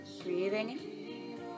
breathing